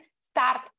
start